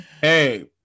hey